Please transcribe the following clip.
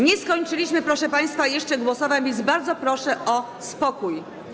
Nie skończyliśmy, proszę państwa, jeszcze głosowań, więc bardzo proszę o spokój.